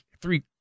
three